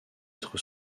être